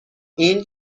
این